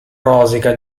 rosica